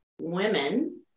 women